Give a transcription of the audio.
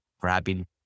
grabbing